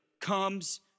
comes